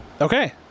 Okay